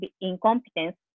incompetence